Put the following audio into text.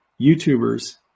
YouTubers